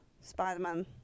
spider-man